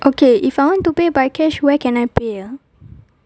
okay if I want to pay by cash where can I pay ah